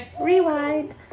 Rewind